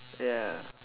ya